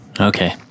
Okay